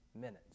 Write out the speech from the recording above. minutes